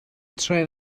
trên